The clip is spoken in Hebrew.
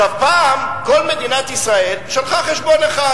פעם כל מדינת ישראל שלחה חשבון אחד,